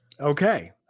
Okay